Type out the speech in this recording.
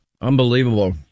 Unbelievable